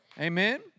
Amen